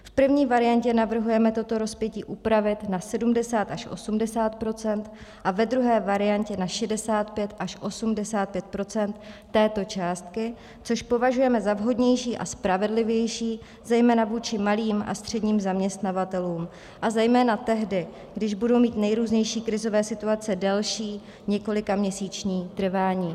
V první variantě navrhujeme toto rozpětí upravit na 70 až 80 % a ve druhé variantě na 65 až 85 % této částky, což považujeme za vhodnější a spravedlivější, zejména vůči malým a středním zaměstnavatelům a zejména tehdy, když budou mít nejrůznější krizové situace delší, několikaměsíční trvání.